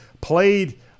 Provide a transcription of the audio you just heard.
played